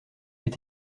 est